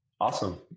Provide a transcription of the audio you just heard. Awesome